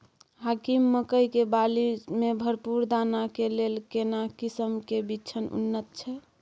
हाकीम मकई के बाली में भरपूर दाना के लेल केना किस्म के बिछन उन्नत छैय?